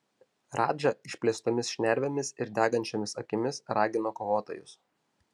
radža išplėstomis šnervėmis ir degančiomis akimis ragino kovotojus